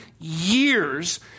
years